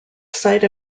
sight